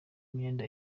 imyenda